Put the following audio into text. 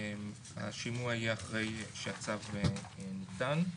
השימוע יהיה אחרי שהצו ניתן.